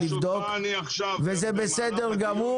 לבדוק וזה בסדר גמור.